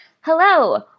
Hello